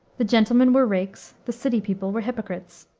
the gentlemen were rakes, the city people were hypocrites.